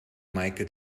meike